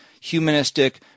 Humanistic